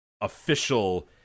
official